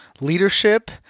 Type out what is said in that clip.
leadership